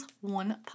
One